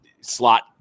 slot